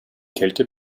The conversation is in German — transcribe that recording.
kälte